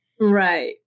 Right